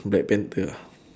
black panther